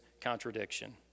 contradiction